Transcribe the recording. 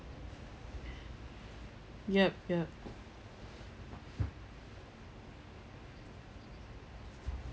yup yup